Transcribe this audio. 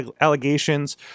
allegations